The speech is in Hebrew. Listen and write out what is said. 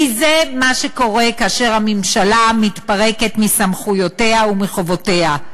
כי זה מה שקורה כאשר הממשלה מתפרקת מסמכויותיה ומחובותיה,